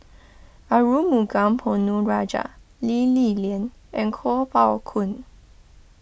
Arumugam Ponnu Rajah Lee Li Lian and Kuo Pao Kun